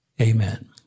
Amen